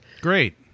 Great